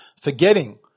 forgetting